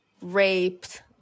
raped